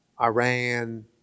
Iran